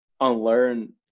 unlearn